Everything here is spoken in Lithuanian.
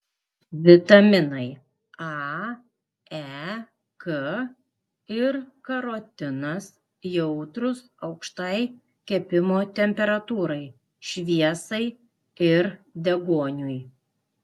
vitaminai a e k ir karotinas jautrūs aukštai kepimo temperatūrai šviesai ir deguoniui